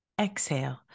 Exhale